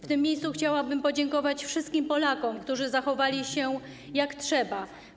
W tym miejscu chciałabym podziękować wszystkim Polakom, którzy zachowali się jak trzeba.